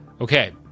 okay